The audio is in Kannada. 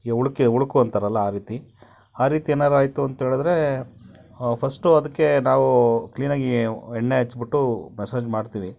ಈ ಉಳ್ಕು ಉಳುಕು ಅಂತಾರಲ್ಲ ಆ ರೀತಿ ಆ ರೀತಿ ಏನಾದ್ರೂ ಆಯಿತು ಅಂತ ಹೇಳಿದ್ರೇ ಫಸ್ಟು ಅದಕ್ಕೆ ನಾವು ಕ್ಲೀನಾಗಿ ಎಣ್ಣೆ ಹಚ್ಬಿಟ್ಟು ಮಸಾಜ್ ಮಾಡ್ತೀವಿ